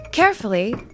Carefully